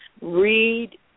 read